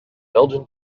belgian